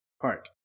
park